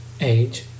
age